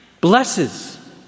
blesses